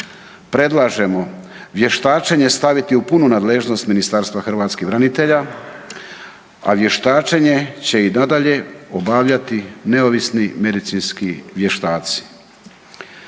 predlažemo vještačenje staviti u punu nadležnost Ministarstva hrvatskih branitelja a vještačenje će i nadalje obavljati neovisni medicinski vještaci.